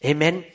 Amen